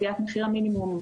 קביעת מחיר מינימום,